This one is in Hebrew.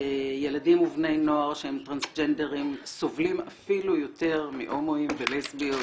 וילדים ובני נוער שהם טרנסג'נדרים סובלים אפיל יותר מהומואים ולסביות